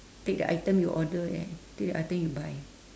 take the item you order there take the item you buy